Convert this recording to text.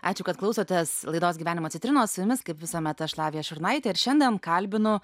ačiū kad klausotės laidos gyvenimo citrinos su jumis kaip visuomet aš lavija šurnaitė ir šiandien kalbinu